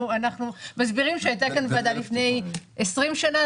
אנחנו מסבירים שהייתה כאן ועדה לפני 20 שנה.